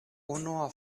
unua